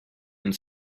and